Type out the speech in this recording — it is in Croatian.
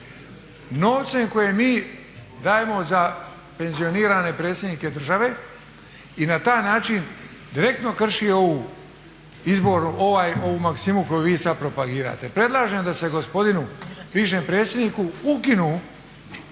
novcem koji mi dajemo za penzionirane predsjednike države i na taj način direktno kršio ovu maksimu koju vi sada propagirate. Predlažem da se gospodinu bivšem predsjedniku ukinu